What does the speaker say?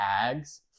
tags